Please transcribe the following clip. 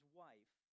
wife